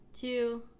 two